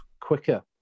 quicker